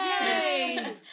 Yay